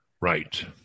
right